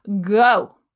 go